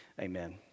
Amen